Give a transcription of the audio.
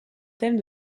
thème